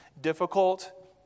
difficult